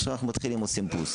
עכשיו אנחנו מתחילים עושים "פוס".